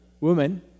woman